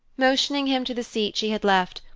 motioning him to the seat she had left,